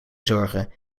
zorgen